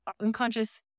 unconscious